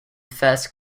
first